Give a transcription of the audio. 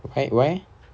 eh why eh